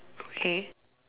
okay